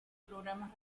programas